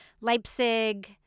Leipzig